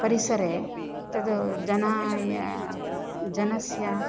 परिसरे तत् जनस्य